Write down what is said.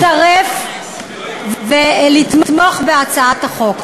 להצטרף ולתמוך בהצעת החוק.